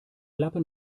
lappen